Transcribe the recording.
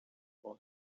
boy